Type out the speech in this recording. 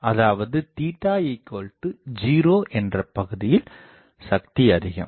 அதாவது 0 என்ற பகுதியில் சக்தி அதிகம்